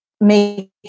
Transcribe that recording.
make